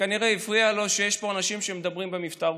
שכנראה הפריע לו שיש פה אנשים שמדברים במבטא רוסי,